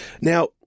Now